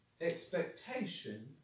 expectation